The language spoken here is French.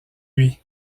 lui